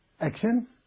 action